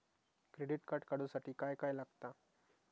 Credit card काढूसाठी काय काय लागत?